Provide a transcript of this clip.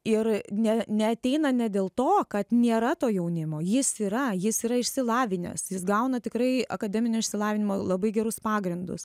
ir ne neateina ne dėl to kad nėra to jaunimo jis yra jis yra išsilavinęs jis gauna tikrai akademinio išsilavinimo labai gerus pagrindus